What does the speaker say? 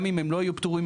גם אם לא יהיו פטורים,